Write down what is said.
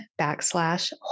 backslash